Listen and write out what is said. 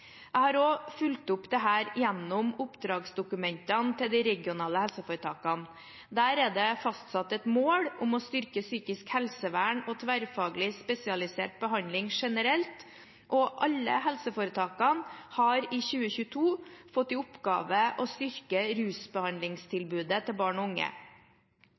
Jeg har også fulgt opp dette gjennom oppdragsdokumentene til de regionale helseforetakene. Der er det fastsatt et mål om å styrke psykisk helsevern og tverrfaglig spesialisert behandling generelt, og alle helseforetakene har i 2022 fått i oppgave å styrke rusbehandlingstilbudet til barn og unge.